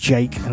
Jake